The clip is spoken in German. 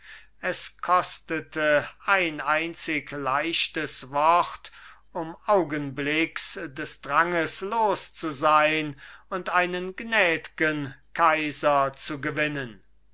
es kostete ein einzig leichtes wort um augenblicks des dranges los zu sein und einen gnäd'gen kaiser zu gewinnen